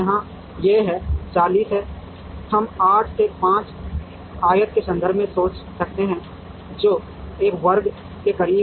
40 है हम 8 से 5 आयत के संदर्भ में सोच सकते हैं जो एक वर्ग के करीब है